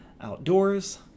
outdoors